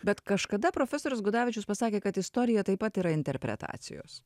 bet kažkada profesorius gudavičius pasakė kad istorija taip pat yra interpretacijos